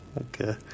Okay